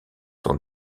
sont